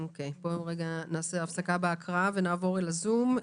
נעבור לזום.